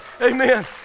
Amen